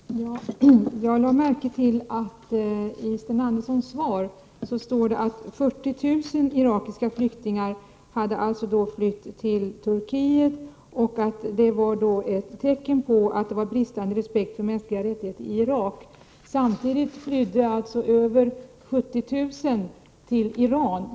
Herr talman! Jag lade märke till att det i Sten Anderssons skrivna svar står att 40 000 irakiska flyktingar har flytt till Turkiet och att detta var ett tecken på brist på respekt i Irak för de mänskliga rättigheterna. Samtidigt flydde över 70 000 människor till Iran.